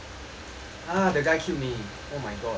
ah the guy killed me oh my god